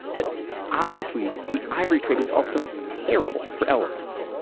but obviously the ivory trade was also terrible for elephants